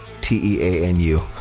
T-E-A-N-U